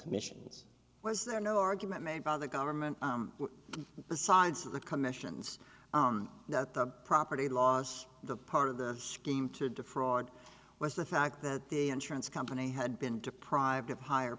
commissions was there no argument made by the government besides the commissions that the property laws the part of the scheme to defraud was the fact that the insurance company had been deprived of higher